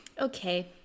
Okay